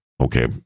okay